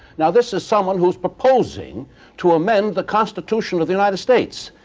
now, this is someone who's proposing to amend the constitution of the united states.